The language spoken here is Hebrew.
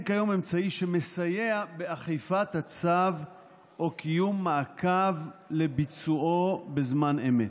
אין כיום אמצעי שמסייע באכיפת הצו או קיום מעקב לביצועו בזמן אמת.